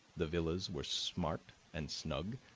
the villas were smart and snug,